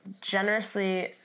generously